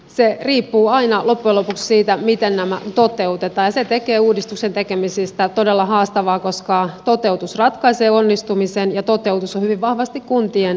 se riippuu aina loppujen lopuksi siitä miten nämä toteutetaan ja se tekee uudistusten tekemisistä todella haastavaa koska toteutus ratkaisee onnistumisen ja toteutus on hyvin vahvasti kuntien vastuulla